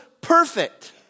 perfect